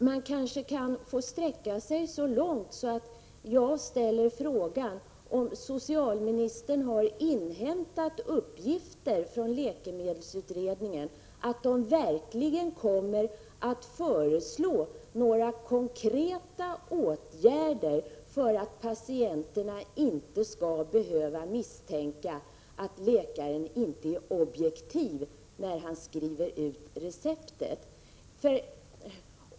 Jag kanske kan få sträcka mig så långt att jag ställer frågan om socialministern har inhämtat uppgifter från läkemedelsutredningen huruvida den verkligen kommer att föreslå några konkreta åtgärder för att patienterna inte skall behöva misstänka att läkaren inte är objektiv när han skriver ut recept.